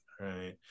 right